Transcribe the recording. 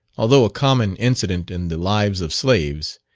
although a common incident in the lives of slaves,